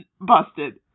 busted